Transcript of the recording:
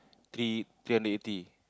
three three hundred eighty